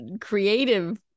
creative